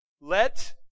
Let